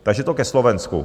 Takže to ke Slovensku.